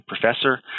professor